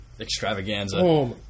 extravaganza